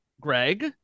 Greg